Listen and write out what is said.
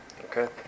Okay